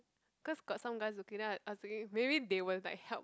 cause got some guys looking then I I was thinking maybe they will like help